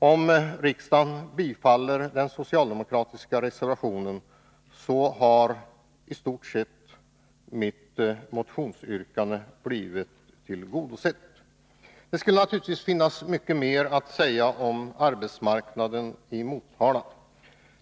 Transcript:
Om riksdagen bifaller den socialdemokratiska reservationen har mitt motionsyrkande blivit i stort sett tillgodosett. Det skulle naturligtvis finnas mycket mer att säga om arbetsmarknaden i Motala.